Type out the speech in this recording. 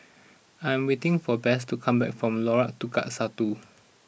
I am waiting for Bess to come back from Lorong Tukang Satu